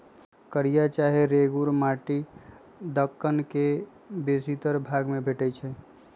कारिया चाहे रेगुर माटि दक्कन के बेशीतर भाग में भेटै छै